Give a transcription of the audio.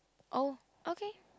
oh okay